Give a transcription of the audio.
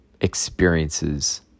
experiences